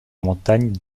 montagnes